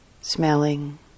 smelling